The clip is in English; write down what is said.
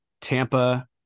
Tampa